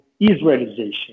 Israelization